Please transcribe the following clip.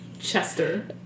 chester